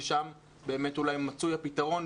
שם באמת אולי מצוי הפתרון,